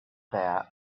that